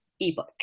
ebook